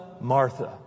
Martha